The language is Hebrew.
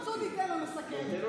דודי, תן לו לסכם.